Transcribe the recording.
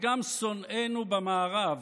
וגם שונאינו במערב,